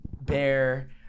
bear